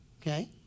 okay